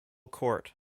court